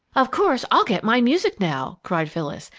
of course, i'll get my music now, cried phyllis,